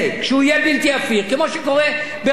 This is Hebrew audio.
כמו שקורה ברבות ממדינות העולם,